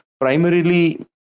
primarily